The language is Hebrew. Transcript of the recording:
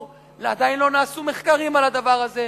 עדיין לא נעשו מחקרים על הדבר הזה.